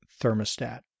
thermostat